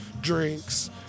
drinks